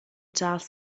charles